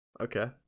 okay